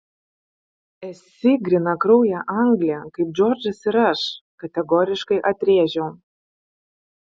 esi grynakraujė anglė kaip džordžas ir aš kategoriškai atrėžiau